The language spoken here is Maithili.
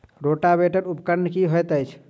रोटावेटर उपकरण की हएत अछि?